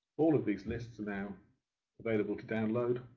all of these lists are now available to download